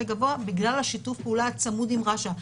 גבוה היא בגלל השיתוף פעולה צמוד עם רש"א.